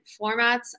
formats